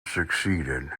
succeeded